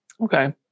Okay